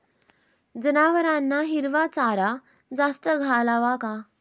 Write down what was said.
जनावरांना हिरवा चारा जास्त घालावा का?